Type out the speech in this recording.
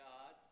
God